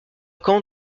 quand